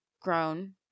grown